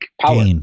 power